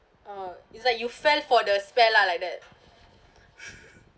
oh it's like you fell for the spell lah like that